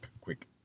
quick